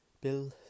Bill